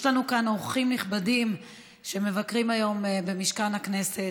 יש לנו כאן אורחים נכבדים שמבקרים היום במשכן הכנסת,